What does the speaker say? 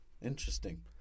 Interesting